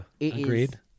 Agreed